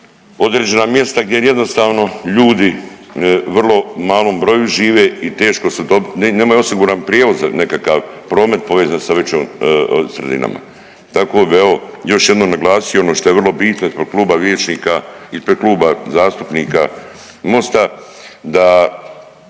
određena mjesta gdje jednostavno ljudi vrlo u malom broju žive i teško se dobit, nemaju osiguran prijevoz nekakav, promet povezan sa većim sredinama. Tako bi evo još jednom naglasio ono što je vrlo bitno i zbog kluba vijećnika, ispred kluba zastupnika MOST-a da